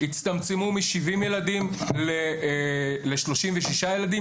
הצטמצמו מ-70 ילדים ל-36 ילדים,